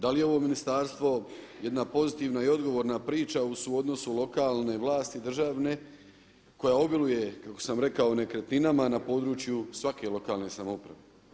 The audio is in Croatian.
Da li je ovo ministarstvo jedna pozitivna i odgovorna priča u suodnosu lokalne vlasti i državne koja obiluje kako sam rekao nekretninama na području svake lokalne samouprave.